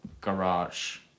garage